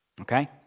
Okay